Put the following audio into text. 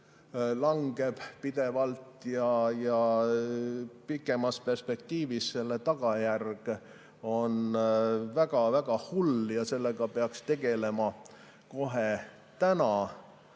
langeb pidevalt. Pikemas perspektiivis on selle tagajärg väga-väga hull ja sellega peaks tegelema kohe täna.